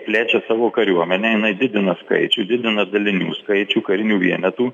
plečia savo kariuomenę inai didina skaičių didina dalinių skaičių karinių vienetų